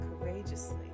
courageously